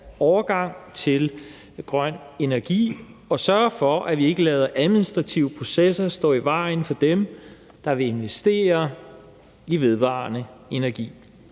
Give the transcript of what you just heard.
overgang til grøn energi og sørge for, at vi ikke lader administrative processer stå i vejen for dem, der vil investere i vedvarende energi.